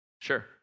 Sure